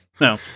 No